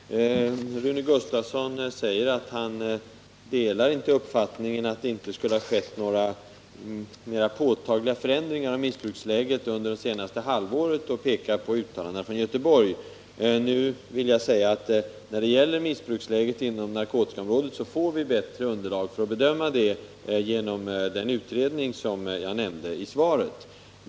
Herr talman! Rune Gustavsson säger att han inte delar uppfattningen, att det inte har skett några mera påtagliga förändringar i missbruksläget under det senaste halvåret, och pekar på uttalanden från Göteborg. När det gäller missbruksläget inom narkotikaområdet vill jag säga, att vi kommer att få bättre underlag för att bedöma det genom den utredning som jag nämnde i mitt svar.